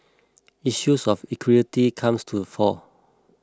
issues of equity comes to the fore